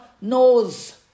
knows